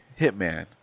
hitman